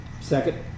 Second